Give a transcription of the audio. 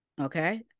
okay